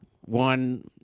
one